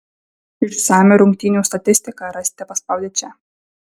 išsamią rungtynių statistiką rasite paspaudę čia